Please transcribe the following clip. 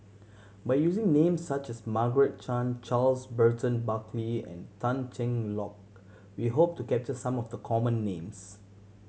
by using names such as Margaret Chan Charles Burton Buckley and Tan Cheng Lock we hope to capture some of the common names